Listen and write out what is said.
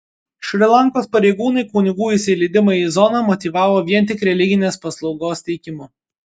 šri lankos pareigūnai kunigų įsileidimą į zoną motyvavo vien tik religinės paslaugos teikimu